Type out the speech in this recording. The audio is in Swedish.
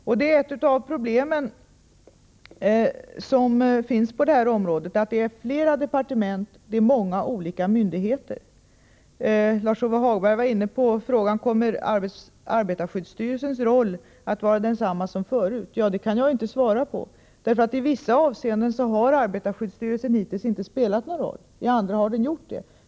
Också detta är ett problem, att det gäller flera departement och många olika myndigheter. Lars-Ove Hagberg frågade: Kommer arbetarskyddsstyrelsens roll att vara densamma som förut? Ja, det kan jag inte svara på, därför att i vissa avseenden har arbetarskyddsstyrelsen hittills inte spelat någon roll, i andra avseenden har den gjort det.